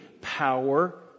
power